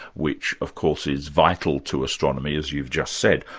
which of course is vital to astronomy, as you've just said,